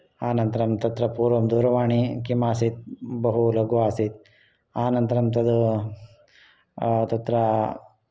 अनन्तरं तत्र पूर्वं दूरवाणी किं आसीत् बहु लघु आसीत् अनन्तरं तद् तत्र